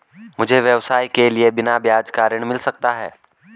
मुझे व्यवसाय के लिए बिना ब्याज का ऋण मिल सकता है?